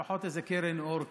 לפחות איזה קרן אור כזאת,